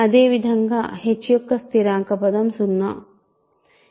అదేవిధంగా h యొక్క స్థిరాంక పదం 0